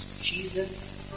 Jesus